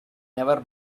never